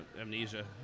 amnesia